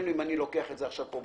אתה שומט את הקרקע מתחת לרגליים שלך.